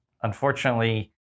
unfortunately